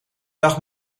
dag